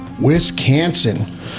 Wisconsin